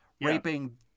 raping